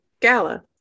Gala